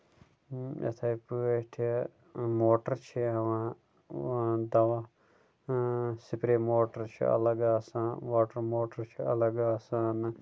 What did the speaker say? یِتھٕے پٲٹھۍ موٹر چھُ یِوان دوا سِکرٛیپ موٹر چھُ اَلگ آسان واٹر موٹر چھُ اَلگ آسان